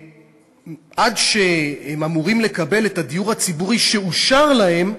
עד שהם אמורים לקבל את הדיור הציבורי שאושר להם,